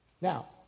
Now